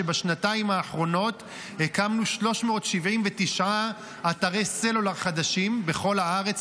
שבשנתיים האחרונות הקמנו 379 אתרי סלולר חדשים בכל הארץ,